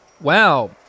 Wow